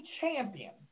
champion –